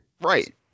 Right